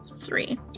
three